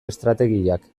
estrategiak